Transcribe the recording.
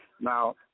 Now